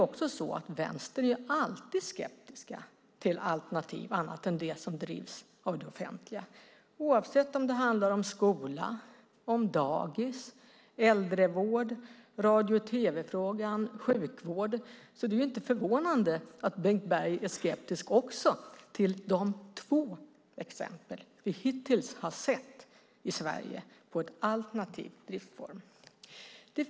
Ni i Vänstern är ju alltid skeptiska till andra alternativ än de som drivs av det offentliga oavsett om det handlar om skola, dagis, äldrevård, radio och tv-frågor eller sjukvård. Det är inte förvånande att Bengt Berg också är skeptisk till de två exempel vi hittills har sett i Sverige på en alternativ driftsform.